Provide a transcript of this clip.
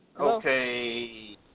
Okay